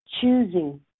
choosing